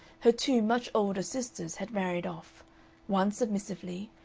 her two much older sisters had married off one submissively,